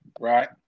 right